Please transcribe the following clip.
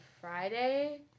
friday